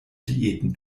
diäten